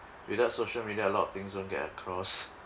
without social media a lot of things don't get across